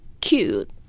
cute